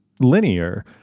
linear